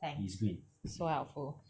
thanks so helpful